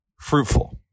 fruitful